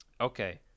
Okay